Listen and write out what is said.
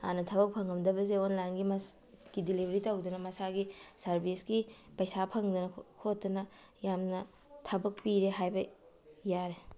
ꯍꯥꯟꯅ ꯊꯕꯛ ꯐꯪꯉꯝꯗꯕꯁꯤꯡ ꯑꯣꯟꯂꯥꯏꯟꯒꯤ ꯗꯤꯂꯤꯕꯔꯤ ꯇꯧꯗꯅ ꯃꯁꯥꯒꯤ ꯁꯥꯔꯕꯤꯁꯀꯤ ꯄꯩꯁꯥ ꯐꯪꯗꯅ ꯈꯣꯠꯇꯅ ꯌꯥꯝꯅ ꯊꯕꯛ ꯄꯤꯔꯦ ꯍꯥꯏꯕ ꯌꯥꯏ